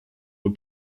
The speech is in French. aux